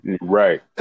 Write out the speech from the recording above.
Right